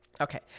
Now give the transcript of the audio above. Okay